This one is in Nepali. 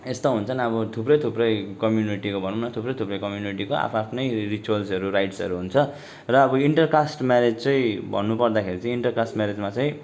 यस्तो हुन्छन् अब थुप्रै थुप्रै कम्युनिटीको भनौँ न थुप्रै थुप्रै कम्युनिटी आफ् आफ्नै रिच्वल्सहरू राइट्सहरू हुन्छ र अब इन्टर कास्ट म्यारेज चाहिँ भन्नु पर्दाखेरि चाहिँ इन्टर कास्ट म्यारेजमा चाहिँ